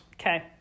okay